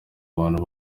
abantu